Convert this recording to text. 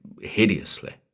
hideously